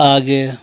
आगे